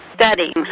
studying